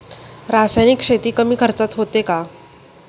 रासायनिक शेती कमी खर्चात होते का?